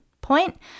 point